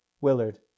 Willard